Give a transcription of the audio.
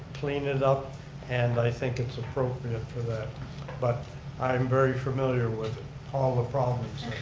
clean it up and i think it's appropriate for that but i'm very familiar with all the problems.